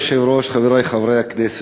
אדוני היושב-ראש, חברי חברי הכנסת,